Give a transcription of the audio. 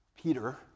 Peter